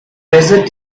desert